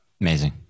Amazing